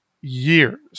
years